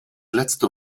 letzte